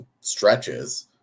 stretches